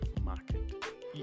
market